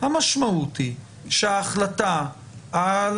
שההחלטה על